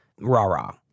rah-rah